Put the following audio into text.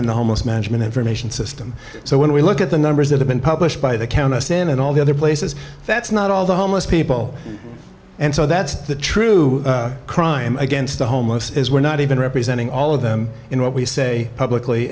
in the home most management information system so when we look at the numbers that have been published by the count us in and all the other places that's not all the homeless people and so that's the true crime against the homeless is we're not even representing all of them in what we say publicly